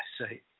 say